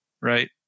right